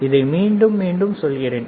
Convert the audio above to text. இதை மீண்டும் மீண்டும் சொல்கிறேன்